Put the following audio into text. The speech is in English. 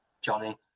Johnny